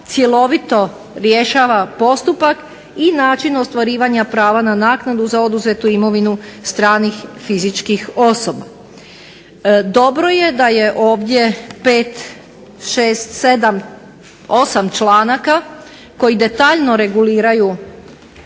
cjelovito rješava postupak i način ostvarivanja prava na naknadu za oduzetu imovinu stranih fizičkih osoba. Dobro je da je ovdje 5, 6, 7, 8 članaka koji detaljno reguliraju